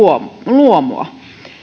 luomua